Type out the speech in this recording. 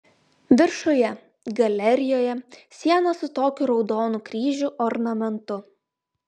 viršuje galerijoje siena su tokiu raudonų kryžių ornamentu